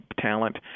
talent